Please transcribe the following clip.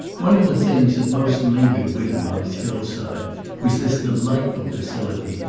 one of the things that most lingered with him on his hillside was this delightful facility,